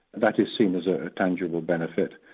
that is seen as a tangible benefit.